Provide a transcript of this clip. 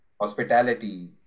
hospitality